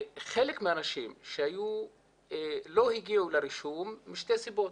חלק מהאנשים שהיו לא הגיעו לרישום משתי סיבות: